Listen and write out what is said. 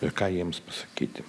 ir ką jiems pasakyti